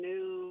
New